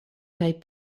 kaj